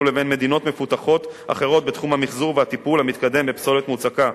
לבין מדינות מפותחות אחרות בתחום המיחזור והטיפול המתקדם בפסולת מוצקה,